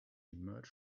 emerged